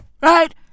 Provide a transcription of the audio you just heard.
Right